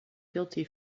guilty